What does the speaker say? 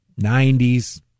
90s